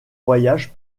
voyage